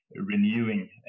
renewing